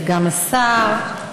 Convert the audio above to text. סגן השר,